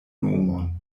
nomon